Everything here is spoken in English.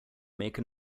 make